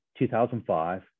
2005